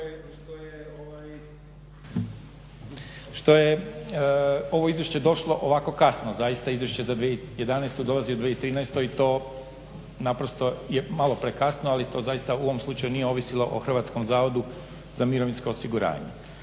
što je ovo izvješće došlo ovako kasno, zaista izvješće za 2011. dolazi u 2013. To naprosto je malo prekasno. Ali to zaista u ovom slučaju nije ovisilo o Hrvatskom zavodu za mirovinsko osiguranje.